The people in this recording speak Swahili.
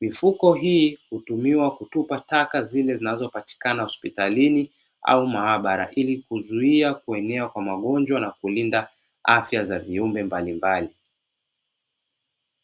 Mifuko hii hutumiwa kutupa taka zile zinazopatikana hospitalini au maaabara ili kuzuia kuenea kwa magonjwa na kulinda afya za viumbe mbalimbali.